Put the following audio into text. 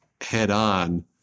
head-on